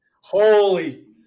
Holy